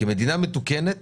כמדינה מתוקנת